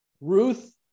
Ruth